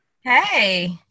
Hey